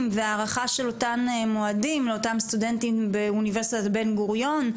והארכה של מועדים לסטודנטים באוניברסיטת בן גוריון,